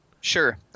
sure